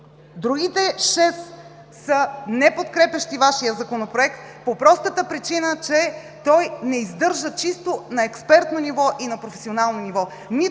Другите шест са неподкрепящи Вашия Законопроект по простата причина, че той не издържа на експертно и на професионално ниво.